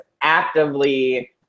actively